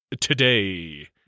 today